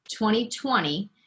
2020